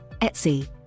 Etsy